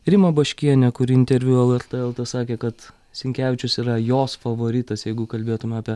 rimą baškienę kuri interviu lrt el t sakė kad sinkevičius yra jos favoritas jeigu kalbėtume apie